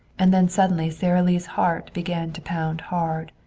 and then suddenly sara lee's heart began to pound hard.